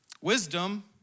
Wisdom